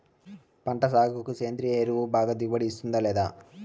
పంట సాగుకు సేంద్రియ ఎరువు బాగా దిగుబడి ఇస్తుందా లేదా